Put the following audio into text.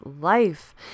life